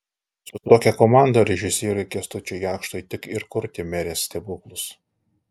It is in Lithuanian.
su tokia komanda režisieriui kęstučiui jakštui tik ir kurti merės stebuklus